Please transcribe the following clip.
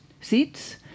seats